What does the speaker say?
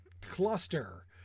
cluster